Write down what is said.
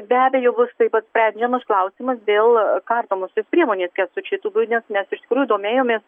be abejo bus taip pat sprendžiamas klausimas dėl kardomosios priemonės kęstučiui tubiui nes mes iš tikrųjų domėjomės